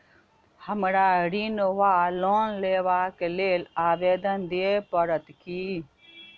हमरा ऋण वा लोन लेबाक लेल आवेदन दिय पड़त की?